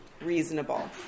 reasonable